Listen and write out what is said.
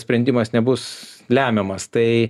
sprendimas nebus lemiamas tai